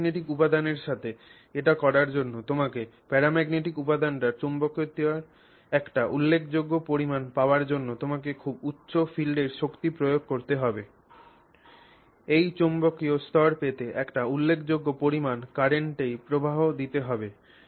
paramagnetic উপাদানের সাথে এটি করার জন্য তোমাকে প্যারাম্যাগনেটিক উপাদানটির চৌম্বকীয়তার একটি উল্লেখযোগ্য পরিমাণ পাওয়ার জন্য তোমাকে খুব উচ্চ ফিল্ডের শক্তি প্রয়োগ করতে হবে এই চৌম্বকীয় স্তর পেতে একটি উল্লেখযোগ্য পরিমাণ কারেন্ট প্রবাহ দিতে হবে